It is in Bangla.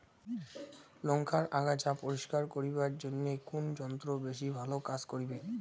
লংকার আগাছা পরিস্কার করিবার জইন্যে কুন যন্ত্র বেশি ভালো কাজ করিবে?